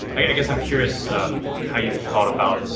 i guess i'm curious how you thought about